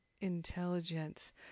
intelligence